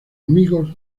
amigos